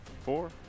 four